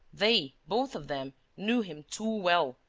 they both of them knew him too well,